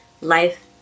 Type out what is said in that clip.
Life